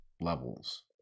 levels